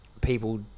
people